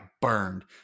burned